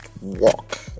walk